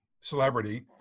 celebrity